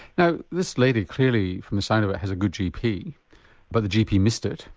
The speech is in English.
now this lady clearly from the sign of it has a good gp but the gp missed it,